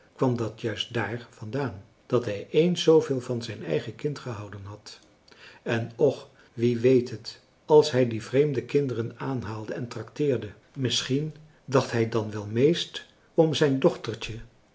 kwam dat juist daar vandaan dat hij eens zooveel van zijn eigen kind gehouden had en och wie weet het als hij die vreemde kinderen aanhaalde en trakteerde misschien dacht hij dan wel meest om zijn dochtertje